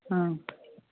हाँ